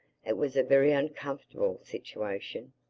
it was a very uncomfortable situation.